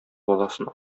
баласын